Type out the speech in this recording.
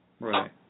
Right